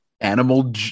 animal